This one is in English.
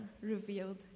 revealed